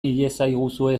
iezaguzue